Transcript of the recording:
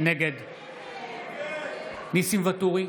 נגד ניסים ואטורי,